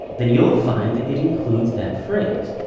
then you'll find that it includes that phrase,